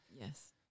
yes